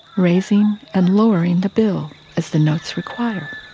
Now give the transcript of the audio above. raising and lowering the bill as the notes require.